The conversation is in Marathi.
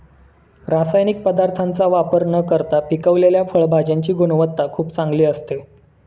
रासायनिक पदार्थांचा वापर न करता पिकवलेल्या फळभाज्यांची गुणवत्ता खूप चांगली असते